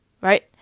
right